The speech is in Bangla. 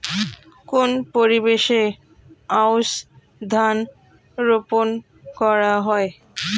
কোন পরিবেশে আউশ ধান রোপন করা হয়?